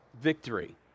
Victory